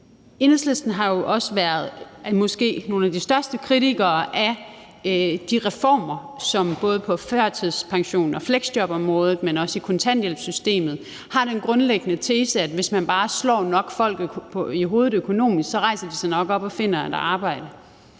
Enhedslisten har vi jo også været måske nogle af de største kritikere af de reformer, hvor man på både førtidspensions- og fleksjobområdet, men også i kontanthjælpssystemet har den grundlæggende tese, at hvis man bare slår folk økonomisk nok i hovedet, rejser de sig nok op og finder et arbejde.